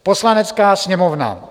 Poslanecká sněmovna